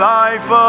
life